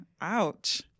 Ouch